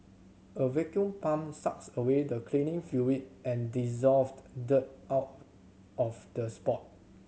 a vacuum pump sucks away the cleaning fluid and dissolved dirt out of the spot